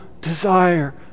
desire